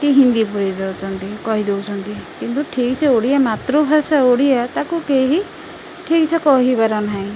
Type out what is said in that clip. କି ହିନ୍ଦୀ ପୁରେଇ ଦଉଛନ୍ତି କହି ଦଉଛନ୍ତି କିନ୍ତୁ ଠିକ ସେ ଓଡ଼ିଆ ମାତୃଭାଷା ଓଡ଼ିଆ ତାକୁ କେହି ଠିକ୍ ସେ କହିବାର ନାହିଁ